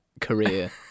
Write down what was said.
career